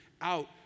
out